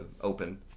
open